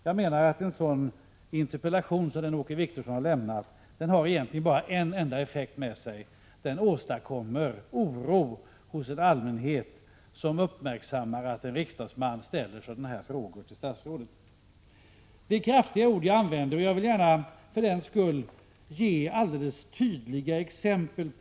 Jag menar att en sådan interpellation som den Åke Wictorsson har lämnat egentligen bara kan ha en enda effekt med sig: den åstadkommer oro hos en allmänhet som uppmärksammar att en riksdagsman ställer sådana här frågor till ett statsråd. Det är kraftiga ord jag använder, och för den skull vill jag gärna ge alldeles tydliga exempel.